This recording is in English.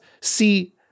see